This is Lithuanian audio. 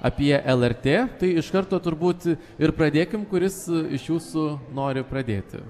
apie lrt tai iš karto turbūt ir pradėkim kuris iš jūsų noriu pradėti